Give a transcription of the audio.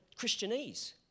Christianese